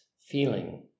feeling